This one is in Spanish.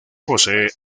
posee